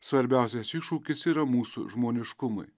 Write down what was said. svarbiausias iššūkis yra mūsų žmoniškumui